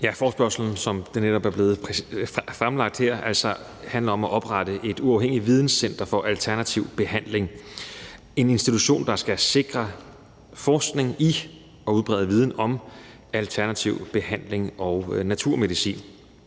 Forespørgslen, som netop er blevet fremlagt her, handler om at oprette et uafhængigt videnscenter for alternativ behandling; en institution, der skal sikre forskning i og udbrede viden om alternativ behandling og naturmedicin.